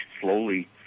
slowly